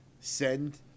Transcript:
send